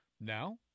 Now